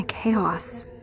chaos